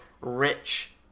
rich